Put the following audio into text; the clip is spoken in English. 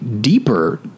deeper